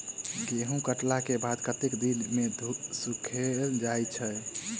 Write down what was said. गहूम कटला केँ बाद कत्ते दिन धूप मे सूखैल जाय छै?